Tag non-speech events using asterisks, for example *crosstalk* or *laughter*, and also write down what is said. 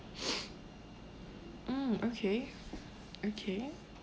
*noise* mm okay okay